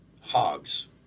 hogs